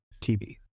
TV